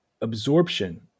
Absorption